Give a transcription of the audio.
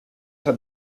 esa